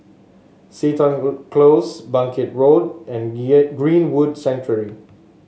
Seton Close Bangkit Road and Greenwood Sanctuary